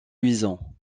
luisant